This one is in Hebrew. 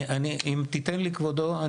אם תיתן לי כבודו.